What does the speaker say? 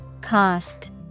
Cost